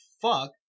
fuck